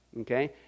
okay